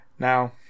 Now